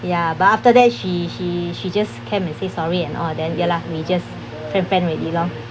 ya but after that she she she just came and say sorry and all then ya lah we just friend friend already lor